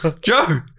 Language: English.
Joe